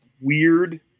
weird